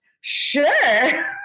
Sure